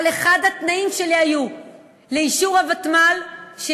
אבל אחד התנאים שלי לאישור הוותמ"ל היה